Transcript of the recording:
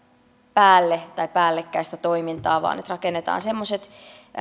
päälle tai päällekkäistä toimintaa vaan rakennetaan semmoiset